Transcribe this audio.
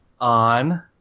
On